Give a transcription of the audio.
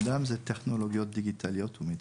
תד"מ זה טכנולוגיות דיגיטליות ומידע.